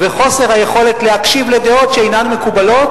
וחוסר היכולת להקשיב לדעות שאינן מקובלות,